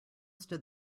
stood